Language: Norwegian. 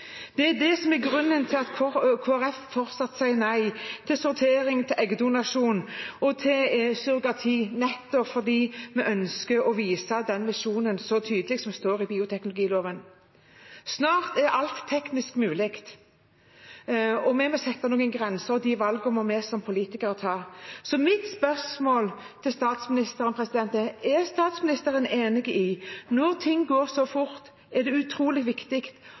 Det er det som er grunnen til at Kristelig Folkeparti fortsatt sier nei til sortering, til eggdonasjon og til surrogati. Det er nettopp fordi vi ønsker å vise den visjonen som står i bioteknologiloven, så tydelig. Snart er alt teknisk mulig, og vi må sette noen grenser for de valgene vi som politikere tar. Mitt spørsmål til statsministeren er: Er statsministeren enig i at når ting går så fort, er det utrolig viktig